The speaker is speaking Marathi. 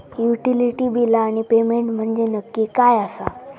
युटिलिटी बिला आणि पेमेंट म्हंजे नक्की काय आसा?